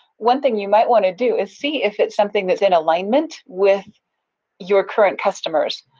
one thing you might want to do is see if it's something that's in alignment with your current customers,